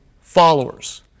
followers